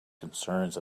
concerns